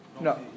no